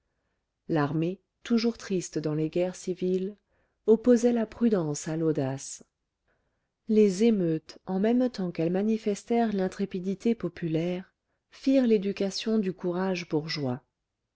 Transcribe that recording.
l'armée toujours triste dans les guerres civiles opposait la prudence à l'audace les émeutes en même temps qu'elles manifestèrent l'intrépidité populaire firent l'éducation du courage